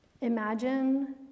Imagine